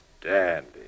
dandy